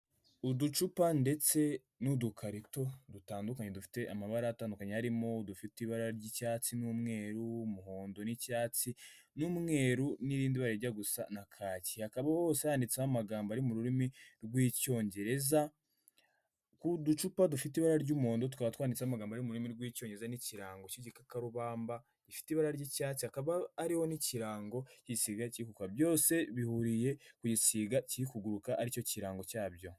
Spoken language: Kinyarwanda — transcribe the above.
Uducupa ndetse n'udukarito dutandukanye dufite amabara atandukanye arimo dufite ibara ry'icyatsi n'umweru, umuhondo n'icyatsi, n'umweru n'irindi bara rijya gusa na kaki, hakaba hose handitseho amagambo ari mu rurimi rw'icyongereza, ku ducupa dufite ibara ry'umuhondo tukaba twanditsemo amagambo ari mu rurimi rw'icyongereza n'ikirango cy'igikarubamba, gifite ibara ry'icyatsi, hakaba hariho n'ikirango igisiga kiri kuguruka, byose bihuriye ku gisiga kiri kuguruka ari cyo kirango cyabyo.